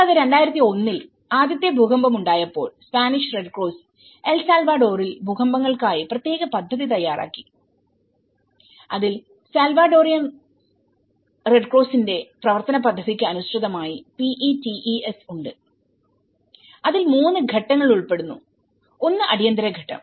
കൂടാതെ 2001 ൽ ആദ്യത്തെ ഭൂകമ്പം ഉണ്ടായപ്പോൾ സ്പാനിഷ് റെഡ് ക്രോസ് എൽ സാൽവഡോറിൽ ഭൂകമ്പങ്ങൾക്കായി പ്രത്യേക പദ്ധതി തയ്യാറാക്കി അതിൽ സാൽവഡോറിയൻ റെഡ് ക്രോസിന്റെ പ്രവർത്തന പദ്ധതിക്ക് അനുസൃതമായി PETES ഉണ്ട് അതിൽ മൂന്ന് ഘട്ടങ്ങൾ ഉൾപ്പെടുന്നു ഒന്ന് അടിയന്തര ഘട്ടം